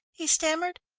he stammered.